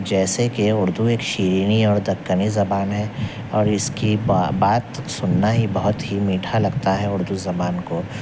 جیسے کہ اردو ایک شیریں اور دکنی زبان ہے اور اس کی بات سننا ہی بہت ہی میٹھا لگتا ہے اردو زبان کو